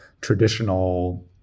traditional